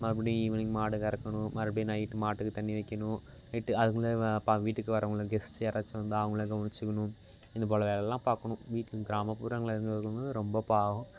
மறுபடி ஈவினிங் மாடு கறக்கணும் மறுபடி நைட் மாட்டுக்கு தண்ணி வைக்கணும் நைட் அதுக்குள்ளே அப்பா வீட்டுக்கு வரவர்களுக்கு கெஸ்ட் யாராச்சும் வந்தால் அவங்கள கவனிச்சுக்கணும் இது போல் வேலைலாம் பார்க்கணும் வீட்டில் கிராமப்புறங்களில் இருந்து வர்றவங்கள் ரொம்ப பாவம்